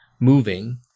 moving